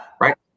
Right